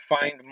find